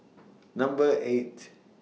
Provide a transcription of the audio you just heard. Number eight